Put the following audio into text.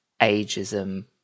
ageism